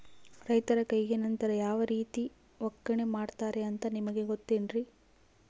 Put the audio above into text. ರೈತರ ಕೈಗೆ ನಂತರ ಯಾವ ರೇತಿ ಒಕ್ಕಣೆ ಮಾಡ್ತಾರೆ ಅಂತ ನಿಮಗೆ ಗೊತ್ತೇನ್ರಿ?